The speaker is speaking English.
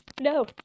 no